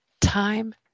Time